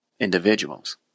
individuals